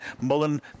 Mullen